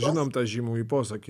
žinom tą žymųjį posakį